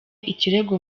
ikirego